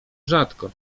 rzadko